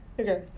Okay